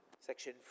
Section